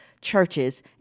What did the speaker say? churches